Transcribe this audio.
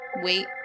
wait